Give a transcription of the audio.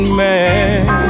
man